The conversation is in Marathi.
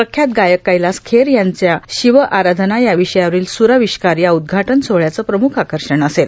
प्रख्यात गायक कैलास खेर यांचा शिवआराधना या विषयावरील सुराविष्कार या उदघाटन सोहळ्याचे मुख्य आकर्षण असेल